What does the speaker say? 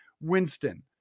Winston